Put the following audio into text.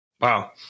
Wow